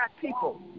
people